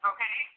Okay